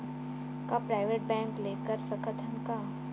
का private bank ले कर सकत हन?